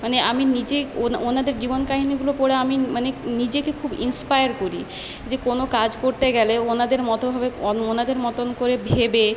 মানে আমি নিজে ওনা ওনাদের জীবন কাহিনিগুলো পড়ে আমি মানে নিজেকে খুব ইন্সপায়ার করি যে কোনো কাজ করতে গেলে ওনাদের মতো হয়ে ওনাদের মতন করে ভেবে